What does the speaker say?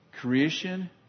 creation